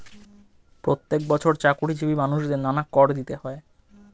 প্রত্যেক বছর চাকরিজীবী মানুষদের নানা কর দিতে হয়